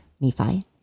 Nephi